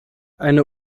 eine